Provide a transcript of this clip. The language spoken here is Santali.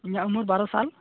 ᱤᱧᱟᱹᱜ ᱩᱢᱟᱹᱨ ᱵᱟᱨᱳ ᱥᱟᱞ